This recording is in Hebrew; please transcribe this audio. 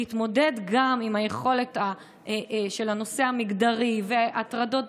להתמודד גם עם הנושא המגדרי וההטרדות,